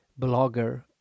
blogger